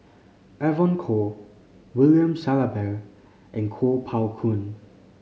Evon Kow William Shellabear and Kuo Pao Kun